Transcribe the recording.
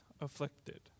afflicted